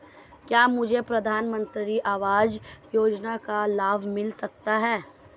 क्या मुझे प्रधानमंत्री आवास योजना का लाभ मिल सकता है?